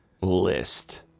List